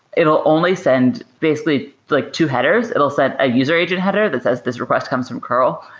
it will only send basically like two headers. it will send a user agent header that says this request comes from curl,